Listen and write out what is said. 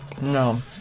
No